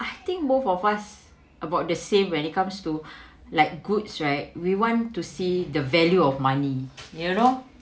I think both of us about the same when it comes to like goods right we want to see the value of money you know